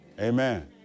Amen